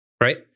right